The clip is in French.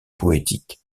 poétiques